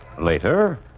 Later